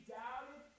doubted